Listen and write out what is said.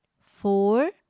four